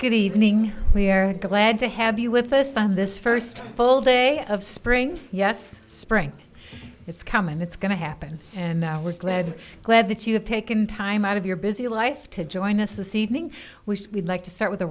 good evening we're glad to have you with us on this first full day of spring yes spring it's come and it's going to happen and now we're glad glad that you have taken time out of your busy life to join us this evening we said we'd like to start with a